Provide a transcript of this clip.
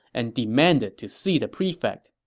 and demanded to see the prefect.